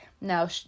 now